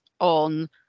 on